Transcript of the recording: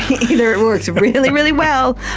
either it works really, really well,